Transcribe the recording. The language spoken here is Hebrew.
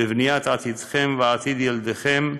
בבניית עתידכם ועתיד ילדיכם,